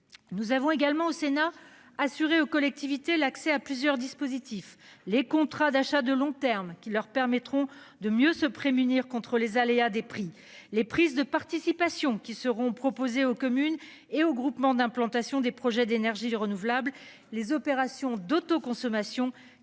Nous avons également au Sénat assurer aux collectivités l'accès à plusieurs dispositifs les contrats d'achat de long terme qui leur permettront de mieux se prémunir contre les aléas des prix les prises de participation qui seront proposées aux communes et aux groupements d'implantation des projets d'énergies renouvelables. Les opérations d'autoconsommation